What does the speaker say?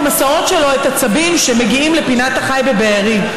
במסעות שלו את הצבים שמגיעים לפינת החי בבארי.